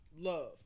love